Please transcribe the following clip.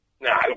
No